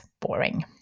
boring